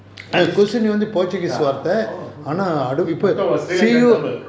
orh I thought australian tamil